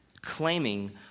claiming